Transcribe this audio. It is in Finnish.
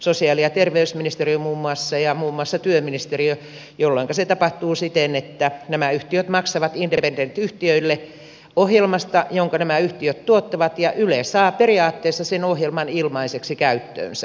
sosiaali ja terveysministeriö muun muassa ja muun muassa työministeriö jolloinka se tapahtuu siten että nämä yhtiöt maksavat independent yhtiöille ohjelmasta jonka nämä yhtiöt tuottavat ja yle saa periaatteessa sen ohjelman ilmaiseksi käyttöönsä